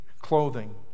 clothing